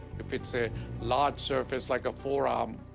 if it's a large surface, like a forearm,